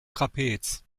trapez